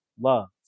love